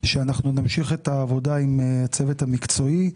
שאנחנו נמשיך את העבודה עם הצוות המקצועי,